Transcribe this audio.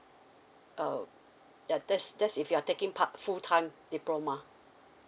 err ya that's that's if you're taking part full time diploma